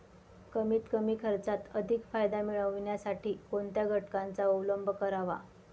कमीत कमी खर्चात अधिक फायदा मिळविण्यासाठी कोणत्या घटकांचा अवलंब करावा?